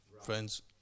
friends